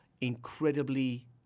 incredibly